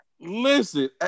Listen